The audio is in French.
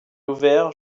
ouvert